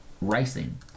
racing